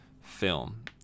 film